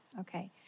Okay